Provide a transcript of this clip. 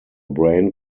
brain